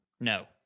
No